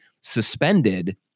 suspended